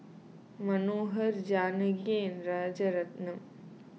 Manohar Janaki and Rajaratnam